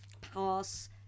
pass